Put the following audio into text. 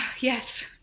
yes